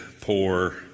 poor